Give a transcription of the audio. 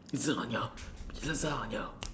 lasagna lasagna